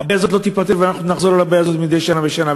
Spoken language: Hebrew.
הבעיה הזאת לא תיפתר ותחזור מדי שנה בשנה.